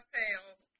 pounds